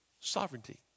sovereignty